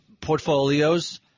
portfolios